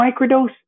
microdose